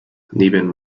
neben